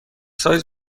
سایز